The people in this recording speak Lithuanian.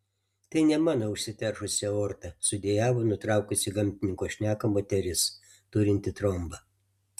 tai ne mano užsiteršusi aorta sudejavo nutraukusi gamtininko šneką moteris turinti trombą